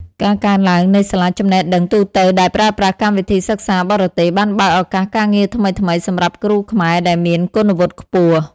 ការកើនឡើងនៃសាលាចំណេះដឹងទូទៅដែលប្រើប្រាស់កម្មវិធីសិក្សាបរទេស បានបើកឱកាសការងារថ្មីៗសម្រាប់គ្រូខ្មែរដែលមានគុណវុឌ្ឍខ្ពស់។